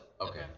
Okay